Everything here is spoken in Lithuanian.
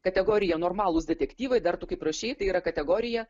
kategorija normalūs detektyvai dar tu kaip rašei tai yra kategorija